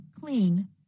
clean